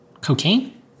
cocaine